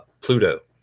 Pluto